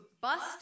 bust